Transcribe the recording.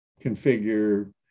configure